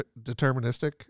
deterministic